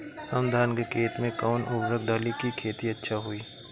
हम धान के खेत में कवन उर्वरक डाली कि खेती अच्छा होई?